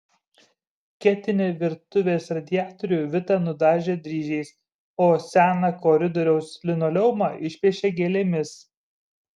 ketinį virtuvės radiatorių vita nudažė dryžiais o seną koridoriaus linoleumą išpiešė gėlėmis